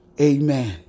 Amen